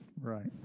Right